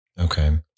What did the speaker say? Okay